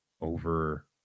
over